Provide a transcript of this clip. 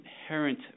inherent